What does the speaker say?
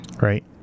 Right